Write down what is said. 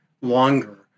longer